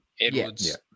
Edwards